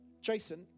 Jason